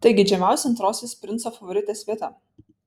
tai geidžiamiausia antrosios princo favoritės vieta